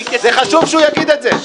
זה חשוב שהוא יגיד את זה.